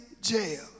jail